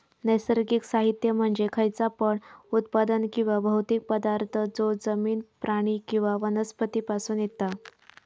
नैसर्गिक साहित्य म्हणजे खयचा पण उत्पादन किंवा भौतिक पदार्थ जो जमिन, प्राणी किंवा वनस्पती पासून येता